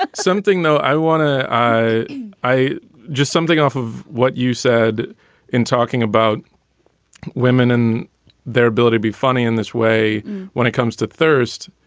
ah something though i want to i i just something off of what you said in talking about women and their ability to be funny in this way when it comes to thirst.